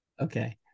Okay